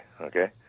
Okay